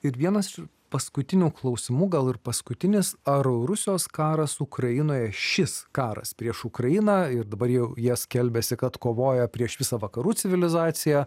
ir vienas paskutinių klausimų gal ir paskutinis ar rusijos karas ukrainoje šis karas prieš ukrainą ir dabar jau jie skelbiasi kad kovojo prieš visą vakarų civilizaciją